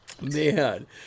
Man